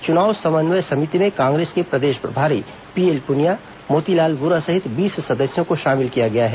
चुनाव समन्वय समिति में कांग्रेस के प्रदेश प्रभारी पीएल पुनिया मोतीलाल वोरा सहित बीस सदस्यों को शामिल किया गया है